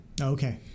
Okay